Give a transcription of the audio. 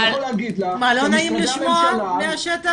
מה, לא נעים לשמוע מהשטח?